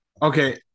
Okay